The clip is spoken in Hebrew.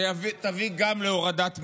שתביא גם להורדת המיסים.